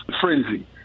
frenzy